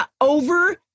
Over